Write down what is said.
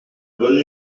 bonne